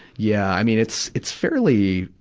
yeah. i mean it's, it's fairly,